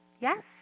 Yes